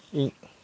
e~